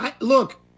look